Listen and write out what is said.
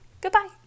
Goodbye